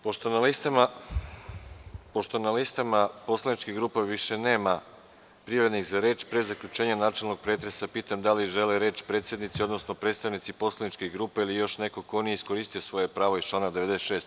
Pošto na listama poslaničkih grupa više nema prijavljenih za reč, pre zaključenja načelnog pretresa, pitam da li žele reč predsednici, odnosno predstavnici poslaničkih grupa ili još neko ko nije iskoristio svoje pravo iz člana 96.